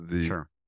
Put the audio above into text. Sure